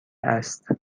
است